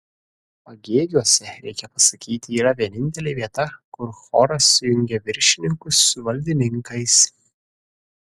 pagėgiuose reikia pasakyti yra vienintelė vieta kur choras sujungia viršininkus su valdininkais